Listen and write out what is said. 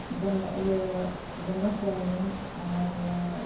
ᱵᱚᱸᱜᱟ ᱤᱭᱟᱹ ᱵᱚᱸᱜᱟ ᱠᱚᱣᱟᱵᱚᱱ ᱟᱨ